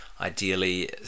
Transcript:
ideally